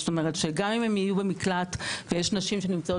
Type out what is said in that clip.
זאת אומרת שגם אם הם יהיו במקלט ויש נשים שנמצאות